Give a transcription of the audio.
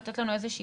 לתת לנו סקירה,